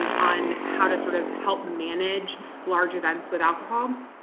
and on how to sort of help manage large events with alcohol. um